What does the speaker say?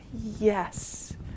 yes